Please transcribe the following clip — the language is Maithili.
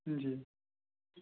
जी